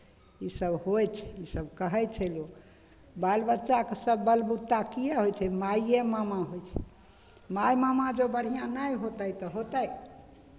इसभ होइ छै इसभ कहै छै लोक बाल बच्चाके सभ बलबुता किएक होइ छै माइए मामा होइ छै माय मामा जे बढ़िआँ नहि होतै तऽ होतै